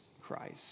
Christ